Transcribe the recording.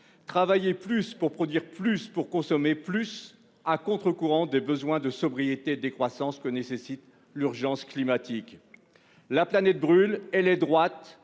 travailler plus, pour produire plus, pour consommer plus, à contre-courant des besoins de sobriété et de décroissance que nécessite l'urgence climatique. La planète brûle et les droites